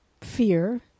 fear